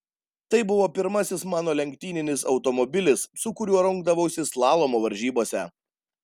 tai buvo pirmasis mano lenktyninis automobilis su kuriuo rungdavausi slalomo varžybose